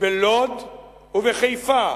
בלוד ובחיפה,